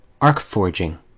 arc-forging